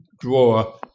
drawer